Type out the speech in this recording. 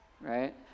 right